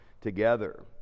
together